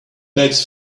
bags